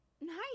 Nice